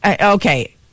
Okay